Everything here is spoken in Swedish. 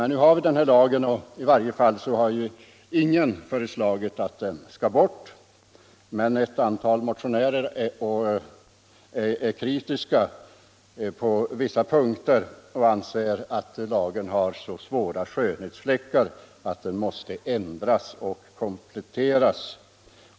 Nu har vi den här lagen, och i varje fall har ingen föreslagit att den skall bort. Men ett antal motionärer är kritiska på vissa punkter och anser att lagen har så svåra skönhetsfläckar att den måste ändras och kompletteras.